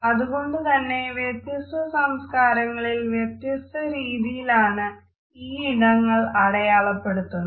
അതു കൊണ്ടുതന്നെ വ്യത്യസ്ത സംസ്കാരങ്ങളിൽ വ്യത്യസ്ത രീതിയിലാണ് ഈ ഇടങ്ങൾ അടയാളപ്പെടുന്നത്